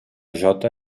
jota